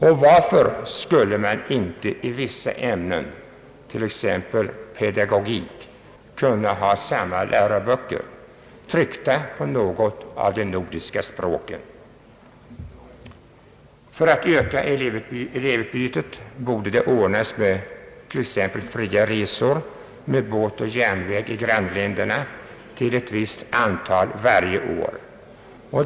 Och varför skulle man inte i vissa ämnen, t.ex. pedagogik, kunna ha samma läroböcker tryckta på något av de nordiska språken? För att öka elevutbytet borde det ordnas fria resor med båt och järnväg i grannländerna till ett visst antal varje år.